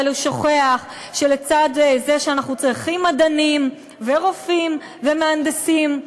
אבל הוא שוכח שלצד זה שאנחנו צריכים מדענים ורופאים ומהנדסים,